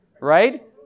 right